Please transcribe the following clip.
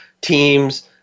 teams